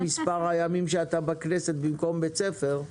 מספר הימים שאתה בכנסת במקום בבית ספר.